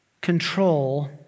control